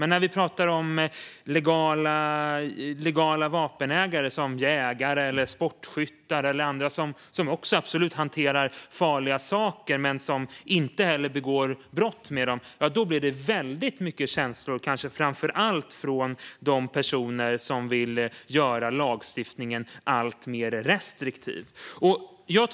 Men när vi talar om legala vapenägare, som jägare, sportskyttar eller andra, som absolut också hanterar farliga saker men som inte begår brott med dem blir det väldigt mycket känslor, kanske framför allt hos dem som vill göra lagstiftningen alltmer restriktiv. Fru talman!